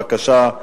בבקשה.